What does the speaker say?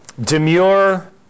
demure